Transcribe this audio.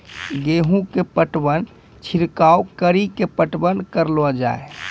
गेहूँ के पटवन छिड़काव कड़ी के पटवन करलो जाय?